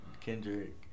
Kendrick